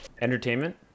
Entertainment